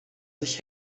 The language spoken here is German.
sich